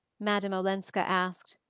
madame olenska asked.